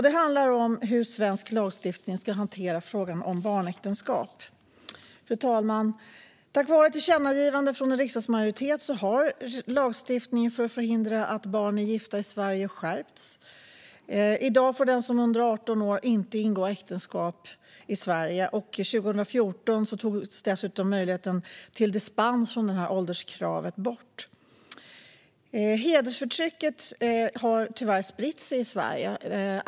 Det handlar om hur frågan om barnäktenskap ska hanteras i svensk lagstiftning. Tack vare tillkännagivande från en riksdagsmajoritet har lagstiftning för att förhindra att barn är gifta i Sverige skärpts. I dag får den som är under 18 år inte ingå äktenskap i Sverige. År 2014 togs dessutom möjligheten att få dispens från ålderskravet bort. Hedersförtrycket har tyvärr spritt sig i Sverige.